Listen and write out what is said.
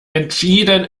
entschieden